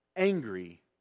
angry